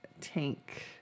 tank